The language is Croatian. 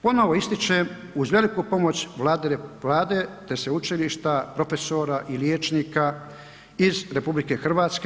Ponovo ističem, uz veliku pomoć vlade te sveučilišta, profesora i liječnika iz RH.